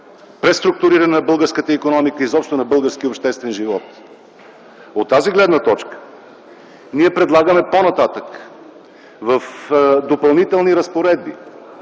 преструктуриране на българската икономика и българския обществен живот. От тази гледна точка ние предлагаме по-нататък в Преходните и